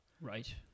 Right